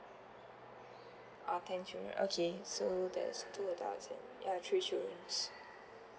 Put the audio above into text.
uh ten children okay so that is two adults yeah three childrens